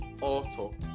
auto